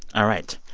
all right,